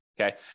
Okay